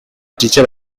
teacher